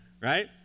right